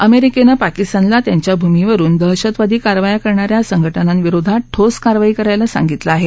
अमेरिकेनं पाकिस्तानला त्यांच्या भूमिवरुन दहशतवादी कारवाया करणा या संघटनांविरोधात ठोस कारवाई करायला सांगितलं आहे